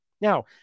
Now